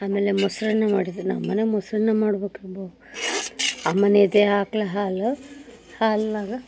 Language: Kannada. ಆಮೇಲೆ ಮೊಸರನ್ನ ಮಾಡಿದ್ವಿ ನಮ್ಮನ್ಯಾಗ ಮೊಸರನ್ನ ಮಾಡ್ಬಿಟ್ರಂತು ಅಮ್ಮನ ಎದೆ ಆಕ್ಳು ಹಾಲು ಹಾಲಿನಾಗ